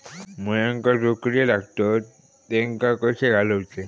मुळ्यांका जो किडे लागतात तेनका कशे घालवचे?